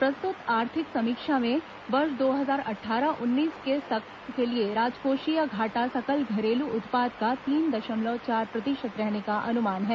प्रस्तुत आर्थिक समीक्षा में वर्ष दो हजार अट्ठारह उन्नीस के लिए राजकोषीय घाटा सकल घरेलू उत्पाद का तीन दशमलव चार प्रतिशत रहने का अनुमान है